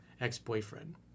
ex-boyfriend